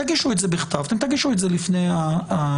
תגישו את זה בכתב ותגישו את זה לפני הדיון.